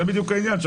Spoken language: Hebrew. זה בדיוק העניין.